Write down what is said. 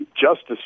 justice